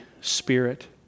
Spirit